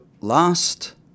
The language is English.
last